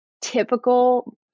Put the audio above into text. typical